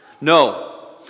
No